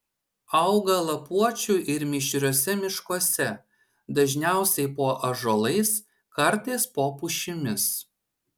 auga lapuočių ir mišriuose miškuose dažniausiai po ąžuolais kartais po pušimis